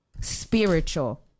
spiritual